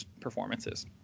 performances